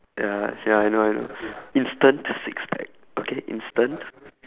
ya ya I know I know instant six pack okay instant